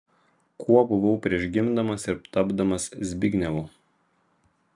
kuo buvau prieš gimdamas ir tapdamas zbignevu